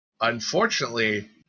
Unfortunately